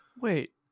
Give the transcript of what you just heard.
Wait